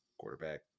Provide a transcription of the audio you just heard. quarterback